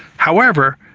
however,